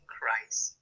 Christ